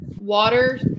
Water